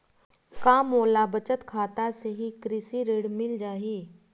का मोला बचत खाता से ही कृषि ऋण मिल जाहि?